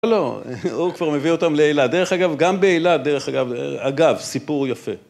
לא, הוא כבר מביא אותם לאילת, דרך אגב, גם באילת, דרך אגב, אגב, סיפור יפה.